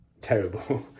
terrible